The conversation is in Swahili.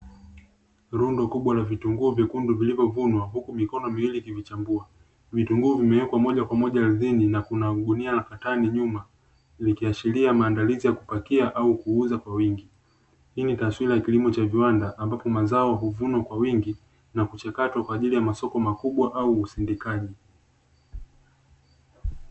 Rundo kubwa la vitunguu vyekundu vilivyovunwa huku mikono miwili ikivichambua. Vitunguu vimewekwa moja kwa moja ardhini na kuna gunia la katani nyuma likiashiria maandalizi ya kupakia au kuuza kwa wingi. Hii ni taswira ya kilimo cha viwanda ambapo mazao huvunwa kwa wingi na kuchakatwa kwa ajili ya masoko makubwa au usindikaji.